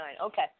Okay